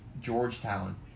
Georgetown